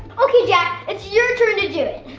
okay jack, it's your turn to do it!